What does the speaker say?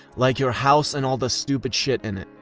like your house and all the stupid shit in it.